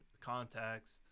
context